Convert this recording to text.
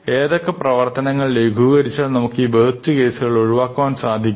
ഏതൊക്കെ പ്രവർത്തനങ്ങൾ ലഘൂകരിച്ചാൽ നമുക്ക് നമുക്ക് ഈ വേസ്റ്റ് കേസുകൾ ഒഴിവാക്കുവാൻ സാധിക്കും